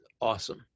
awesome